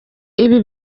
ibi